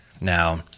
Now